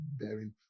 bearing